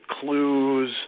clues